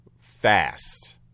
Fast